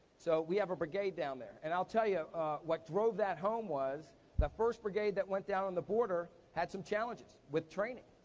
so, we have a brigade down there. and i'll tell you what drove that home was the first brigade that went down on the border had some challenges with training.